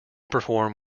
perform